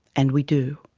and we do.